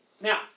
Now